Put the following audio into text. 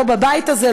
לא בבית הזה,